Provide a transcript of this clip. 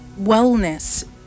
wellness